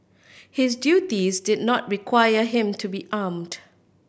his duties did not require him to be armed